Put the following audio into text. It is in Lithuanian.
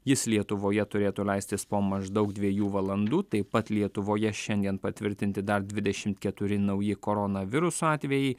jis lietuvoje turėtų leistis po maždaug dviejų valandų taip pat lietuvoje šiandien patvirtinti dar dvidešimt keturi nauji koronaviruso atvejai